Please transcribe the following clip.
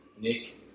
Nick